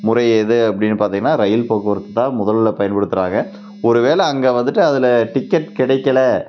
முறை எது அப்படின்னு பார்த்திங்கன்னா ரயில் போக்குவரத்து தான் முதலில் பயன்படுத்துகிறாங்க ஒரு வேலை அங்கே வந்துட்டு அதில் டிக்கெட் கிடைக்கலை